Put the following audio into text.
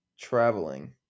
traveling